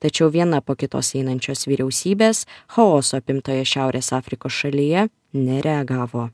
tačiau viena po kitos einančios vyriausybės chaoso apimtoje šiaurės afrikos šalyje nereagavo